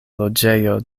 loĝejo